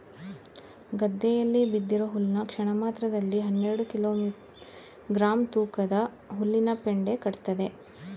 ಗದ್ದೆಯಲ್ಲಿ ಬಿದ್ದಿರೋ ಹುಲ್ನ ಕ್ಷಣಮಾತ್ರದಲ್ಲಿ ಹನ್ನೆರೆಡು ಕಿಲೋ ಗ್ರಾಂ ತೂಕದ ಹುಲ್ಲಿನಪೆಂಡಿ ಕಟ್ತದೆ